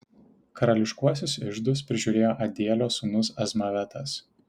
karališkuosius iždus prižiūrėjo adielio sūnus azmavetas